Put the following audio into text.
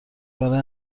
برای